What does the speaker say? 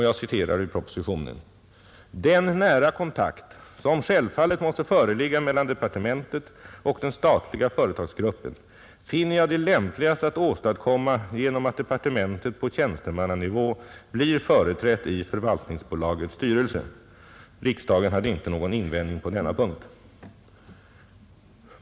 Jag citerar: ”Den nära kontakt som självfallet måste föreligga mellan departementet och den statliga företagsgruppen finner jag det lämpligast att åstadkomma genom att departementet på tjänstemannanivå blir företrätt i förvaltningsbolagets styrelse.” Riksdagen hade inte någon invändning på denna punkt.